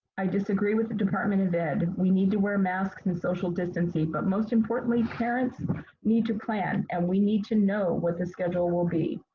i disagree with the department of ed. we need to wear masks and social distancing, but most importantly, parents need to plan and we need to know what the schedule will be.